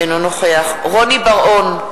אינו נוכח רוני בר-און,